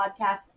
podcast